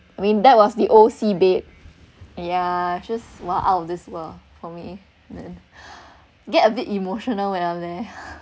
I mean that was the O C babe yeah just !wow! out of this world for me get a bit emotional when I'm there